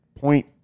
point